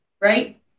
right